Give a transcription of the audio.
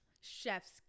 chef's